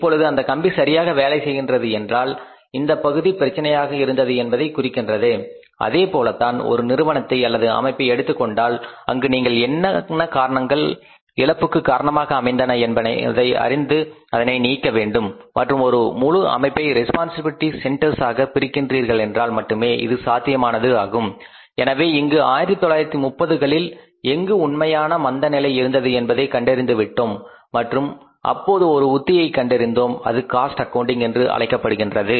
இப்பொழுது அந்த கம்பி சரியாக வேலை செய்கின்றது என்றால் இந்தப் பகுதி பிரச்சனையாக இருந்தது என்பதை குறிக்கின்றது அதேபோலத்தான் ஒரு நிறுவனத்தை அல்லது அமைப்பை எடுத்துக் கொண்டாலும் அங்கு நீங்கள் என்னென்ன காரணங்கள் இழப்புக்கு காரணமாக அமைந்தன என்பதை அறிந்து அதனை நீக்க வேண்டும் மற்றும் ஒரு முழு அமைப்பை ரெஸ்பான்சிபிலிட்டி சென்டர்ஸ் ஆக பிரிக்கின்றீர்களென்றால் மட்டுமே இது சாத்தியமானது ஆகும் எனவே இங்கு 1930களில் எங்கு உண்மையான மந்த நிலை இருந்தது என்பதை கண்டறிந்துவிட்டோம் மற்றும் அப்போது ஒரு உத்தியை கண்டறிந்தோம் அது காஸ்ட் அக்கவுண்டிங் என்று அழைக்கப்படுகின்றது